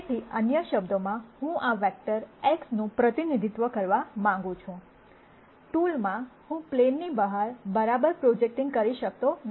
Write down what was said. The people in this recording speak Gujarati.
તેથી અન્ય શબ્દોમાં હું આ વેક્ટર Xનું પ્રતિનિધિત્વ કરવા માંગુ છું ટૂલમાં હું પ્લેનની બહાર બરાબર પ્રોજેક્ટિંગ કરી શકતો નથી